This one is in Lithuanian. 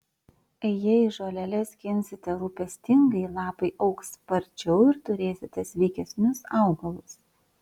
jei žoleles skinsite rūpestingai lapai augs sparčiau ir turėsite sveikesnius augalus